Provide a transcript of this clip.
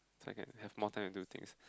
so I can have more time to do things